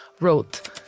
wrote